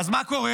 אז מה קורה?